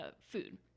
food